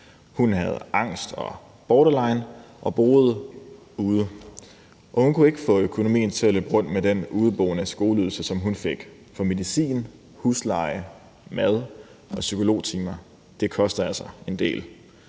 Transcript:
Hun havde angst og borderline og var udeboende, og hun kunne ikke få økonomien til at løbe rundt med den skoleydelse for udeboende, som hun fik, for medicin, husleje, mad og psykologtimer koster altså en del.